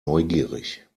neugierig